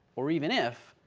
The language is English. or even if,